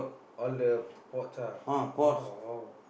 all the pots ah orh !wow!